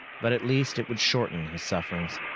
but at least it would shorten his sufferings.